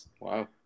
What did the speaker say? Wow